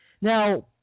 Now